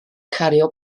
cario